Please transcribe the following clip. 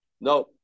No